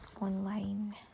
online